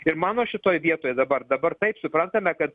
ir mano šitoj vietoj dabar dabar taip suprantame kad